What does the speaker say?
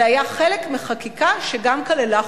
זה היה חקיקה שגם כללה חובות.